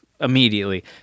immediately